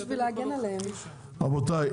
רבותיי,